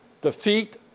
defeat